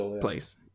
place